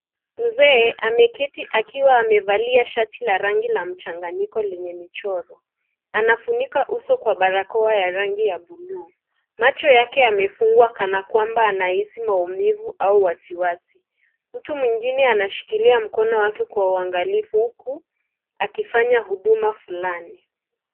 Mzee ameketi akiwa amevalia shati la rangi lenye mchanganyiko yenye michoro. Anafunika uso na barakoa ya rangi ya buluu. Macho yake yamefungwa kanakwamba anahisi maumivu au wasiwasi. Mtu mwingine anashikilia mkono wake kwa uangalifu huku akifanya huduma fulani.